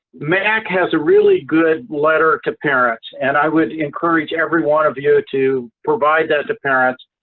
mac has a really good letter to parents, and i would encourage every one of you to provide that to parents.